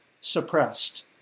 suppressed